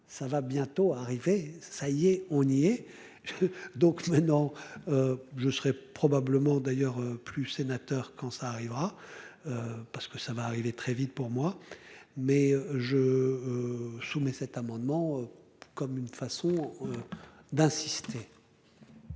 ça va bientôt arriver ça lui et ont nié. Donc maintenant. Je serai probablement d'ailleurs plus sénateur quand ça arrivera. Parce que ça va arriver très vite pour moi mais je. Soumets cet amendement. Comme une façon. D'insister.